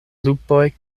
lupoj